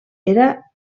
era